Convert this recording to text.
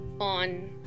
on